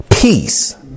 peace